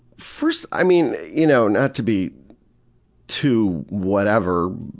first, i mean, you know, not to be too, whatever,